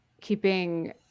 keeping